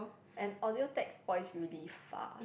and audio tech spoils really fast